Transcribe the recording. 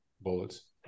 bullets